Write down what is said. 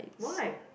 why